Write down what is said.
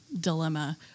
dilemma